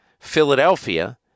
Philadelphia